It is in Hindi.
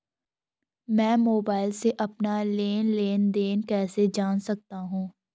मैं मोबाइल से अपना लेन लेन देन कैसे जान सकता हूँ?